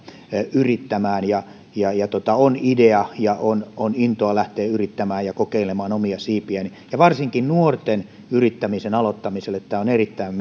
yrittämään ja ja on idea ja on on intoa lähteä yrittämään ja kokeilemaan omia siipiään varsinkin nuorten yrittämisen aloittamiselle tämä on erittäin